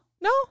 No